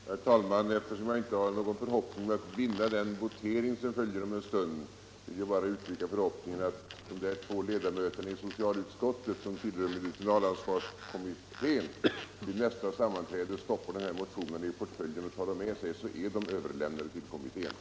Herr talman! Eftersom jag inte tror att jag kan vinna den votering som följer om en stund, vill jag bara uttrycka förhoppningen att de två ledamöterna i socialutskottet som tillhör medicinalansvarskommittén 173 Insyn, integritet, medinflytande och rättssäkerhet inom sjukvården stoppar de här motionerna i portföljen och tar dem med sig till kommitténs nästa sammanträde. Därmed vore de ju överlämnade.